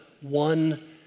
one